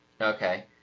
Okay